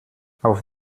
auf